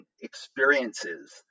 experiences